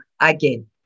again